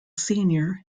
senior